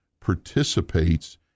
participates